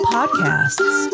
Podcasts